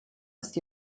ist